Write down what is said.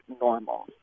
normal